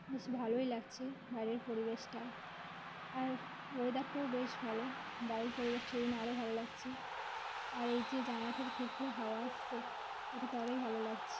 বেশ ভালোই লাগছে বাইরের পরিবেশটা আর ওয়েদারটাও বেশ ভালো বাইরের পরিবেশটা সেজন্য আরও ভালো লাগছে আর এই যে জানালা থেকে ফুরফুুরে হাওয়া আসছে এটা তো আরোই ভালো লাগছে